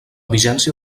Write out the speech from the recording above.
vigència